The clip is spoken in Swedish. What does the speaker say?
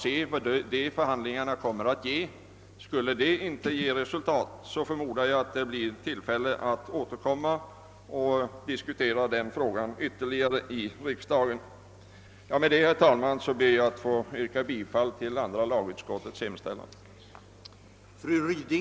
Skulle förhandlingarna inte ge ett godtagbart resultat förmodar jag att det blir tillfälle att här i riksdagen återkomma till frågan. Herr talman! Med detta ber jag att få yrka bifall till utskottets hemställan.